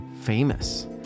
famous